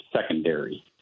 secondary